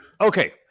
Okay